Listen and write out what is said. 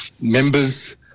members